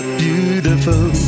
beautiful